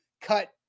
cut